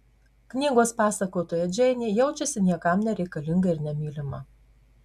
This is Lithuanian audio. knygos pasakotoja džeinė jaučiasi niekam nereikalinga ir nemylima